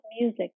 music